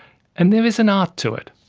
and there is an art to it.